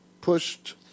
pushed